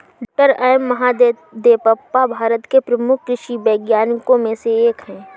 doctor M Mahadevappa Bharat के प्रमुख कृषि वैज्ञानिकों में से एक हैं